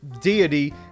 deity